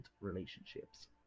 relationships